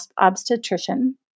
obstetrician